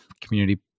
community